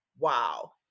Wow